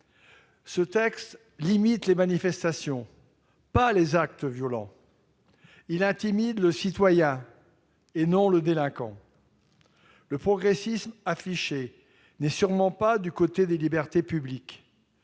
du droit de manifester, pas les actes violents. Il intimide le citoyen, et non le délinquant. Le progressisme affiché n'est sûrement pas tourné vers les libertés publiques.